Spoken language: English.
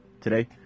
Today